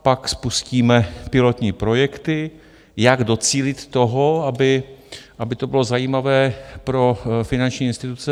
Pak spustíme pilotní projekty, jak docílit toho, aby to bylo zajímavé pro finanční instituce.